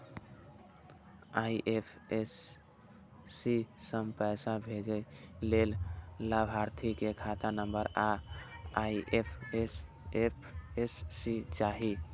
IFSC सं पैसा भेजै लेल लाभार्थी के खाता नंबर आ आई.एफ.एस.सी चाही